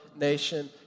nation